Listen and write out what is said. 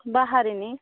ବାହାରିନି